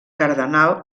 cardenal